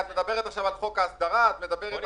תגידי את זה בצורה מסודרת שוב, את מדברת